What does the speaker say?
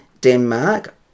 Denmark